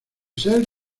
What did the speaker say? ser